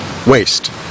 Waste